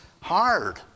hard